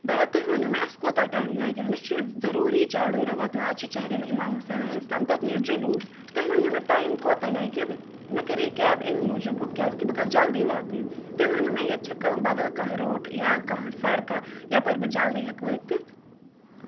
بیا تُہۍ ؤنِو مےٚ اَسہِ کوتاہ ٹایم لَگہِ مےٚ چھُ ضروٗری جاڈورا واتُن آز چھُ چہلِم اِمام حُسین ہے تَتہِ نٮ۪رِ جُلوٗس تُہۍ ؤنِو مےٚ ٹایم کوتاہ لَگہِ مےٚ کَرے کیب أمی موجوٗب بُک کیٛازِکہِ بہٕ گژھٕ جلدی واتٕنۍ تُہۍ ؤنِو مےٚ ییٚتہِ چھَا کانٛہہ بَدَل کانٛہہ روٗٹ یا کانٛہہ سڑکاہ یَپٲرۍ بہٕ جلدی ہیٚکہٕ وٲتِتھ